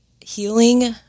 healing